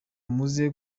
umuze